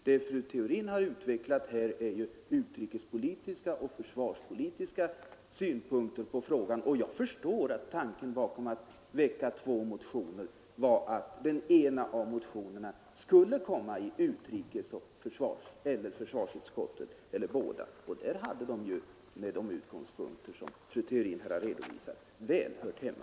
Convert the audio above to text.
Vad fru Theorin här har utvecklat är ju utrikespolitiska och försvarspolitiska synpunkter på frågan, och jag förstår att tanken bakom att väcka två motioner har varit att den ena av dem skulle remitteras till utrikeseller försvarsutskottet eller till båda. Där hade också motionen, med de utgångspunkter som fru Theorin här har redovisat, väl hört hemma.